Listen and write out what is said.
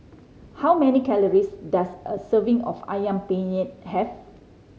how many calories does a serving of Ayam Penyet have